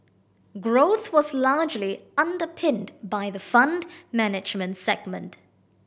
growth was largely underpinned by the Fund Management segment